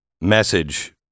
message